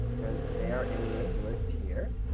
and they are in this list here.